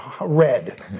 Red